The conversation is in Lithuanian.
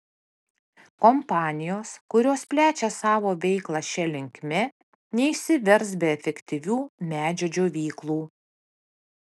kompanijos kurios plečia savo veiklą šia linkme neišsivers be efektyvių medžio džiovyklų